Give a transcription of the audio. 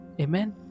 Amen